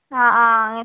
ആ ആ അങ്ങനെ